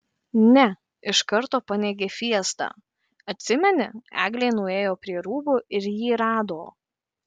ne iš karto paneigė fiesta atsimeni eglė nuėjo prie rūbų ir jį rado